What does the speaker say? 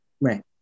Right